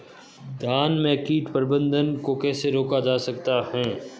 धान में कीट प्रबंधन को कैसे रोका जाता है?